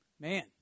man